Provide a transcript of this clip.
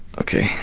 ok,